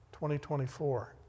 2024